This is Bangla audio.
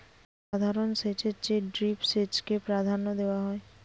সাধারণ সেচের চেয়ে ড্রিপ সেচকে প্রাধান্য দেওয়া হয়